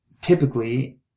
typically